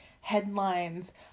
headlines